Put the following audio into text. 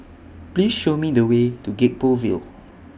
Please Show Me The Way to Gek Poh Ville